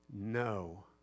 No